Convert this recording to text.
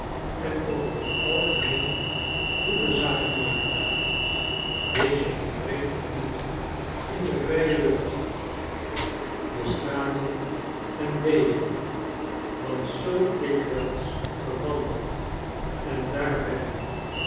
en over het algemeen goede zaken makende deze ontbreekt ook niet in de vrije lucht de straten en wegen want zoo dikwijls ge wandelt en daarbij